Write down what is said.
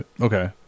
okay